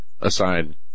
aside